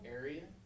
area